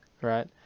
right